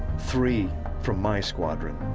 three from my squadron.